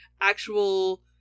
actual